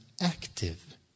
active